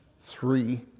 three